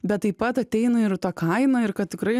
bet taip pat ateina ir ta kaina ir kad tikrai